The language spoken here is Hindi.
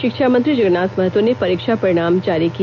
शिक्षा मंत्री जगन्नाथ महतो ने परीक्षा परिणाम जारी किया